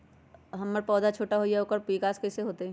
हमर पौधा छोटा छोटा होईया ओकर विकास कईसे होतई?